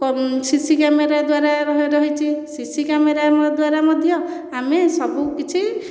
କରି C C camera ଦ୍ୱାରା ରହିଛି ସି ସି କ୍ୟାମେରା ଦ୍ୱାରା ମଧ୍ୟ ଆମେ ସବୁକିଛି